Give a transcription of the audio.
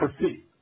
perceive